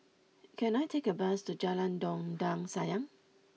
can I take a bus to Jalan Dondang Sayang